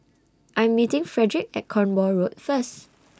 I'm meeting Frederic At Cornwall Road First